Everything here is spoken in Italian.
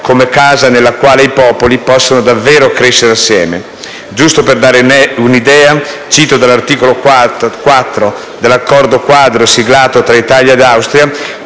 come casa nella quale i popoli possono davvero crescere insieme. Solo per dare un'idea, cito dall'articolo 4 dell'accordo-quadro siglato tra Italia e Austria